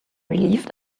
relieved